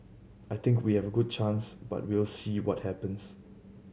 I think we have a good chance but we'll see what happens